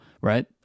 right